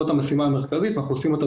זאת המשימה המרכזית ואנחנו עושים אותה